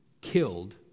killed